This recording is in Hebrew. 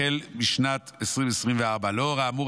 החל משנת 2024. לאור האמור,